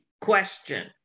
question